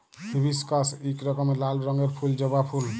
hibiscus ইক রকমের লাল রঙের ফুল জবা ফুল